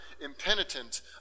impenitent